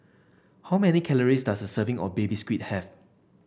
how many calories does a serving of Baby Squid have